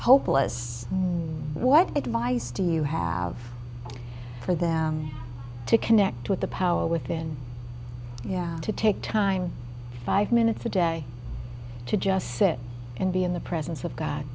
hopeless what advice do you have for them to connect with the power within yeah to take time five minutes a day to just sit and be in the presence of